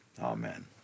Amen